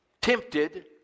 tempted